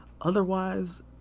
Otherwise